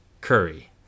Curry